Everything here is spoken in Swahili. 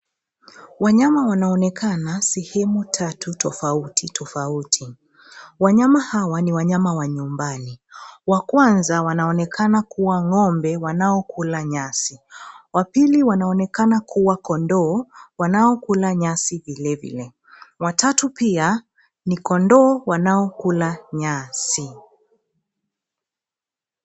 Wanyama wanaonekana sehemu tatu tofauti tofauti. Wanyama hawa ni wanyama wa nyumbani. Wa kwanza wanaonekana kua ng'ombe wanaokula nyasi. Wa pili wanaonekana kua kondoo wanaokula nyasi vilevile. Watatu pia ni kondoo wanaokula nyasi.